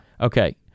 Okay